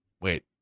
Wait